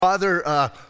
Father